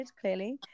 clearly